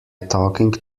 talking